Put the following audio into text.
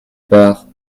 part